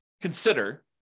consider